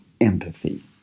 empathy